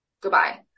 goodbye